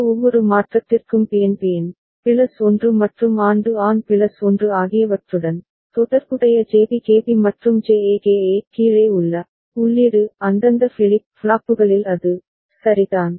இந்த ஒவ்வொரு மாற்றத்திற்கும் பிஎன் பிஎன் பிளஸ் 1 மற்றும் ஆன் டு ஆன் பிளஸ் 1 ஆகியவற்றுடன் தொடர்புடைய ஜேபி கேபி மற்றும் ஜேஏ கேஏ கீழே உள்ள உள்ளீடு அந்தந்த ஃபிளிப் ஃப்ளாப்புகளில் அது சரிதான்